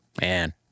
Man